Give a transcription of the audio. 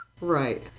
Right